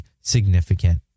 significant